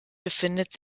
befindet